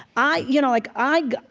i, you know, like i,